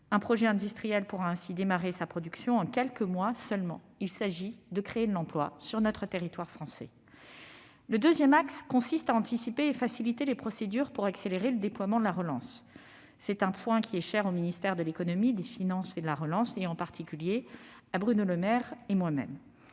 Un projet industriel pourra ainsi démarrer sa production en quelques mois seulement. Il s'agit de créer de l'emploi sur notre territoire national. Le deuxième axe consiste à anticiper et faciliter les procédures pour accélérer le déploiement de la relance. C'est un point qui est cher au ministère de l'économie, des finances et de la relance, en particulier à Bruno Le Maire et à moi-même.